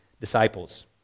disciples